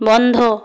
বন্ধ